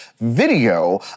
video